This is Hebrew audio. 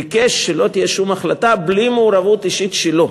ביקש שלא תהיה שום החלטה בלי מעורבות אישית שלו,